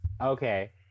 Okay